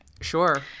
Sure